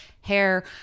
hair